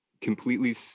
completely